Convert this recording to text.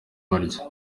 kurya